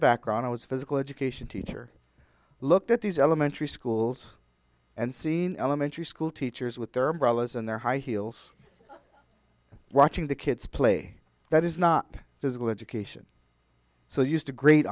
background i was physical education teacher looked at these elementary schools and seen elementary school teachers with their umbrellas and their high heels watching the kids play that is not physical education so used to grate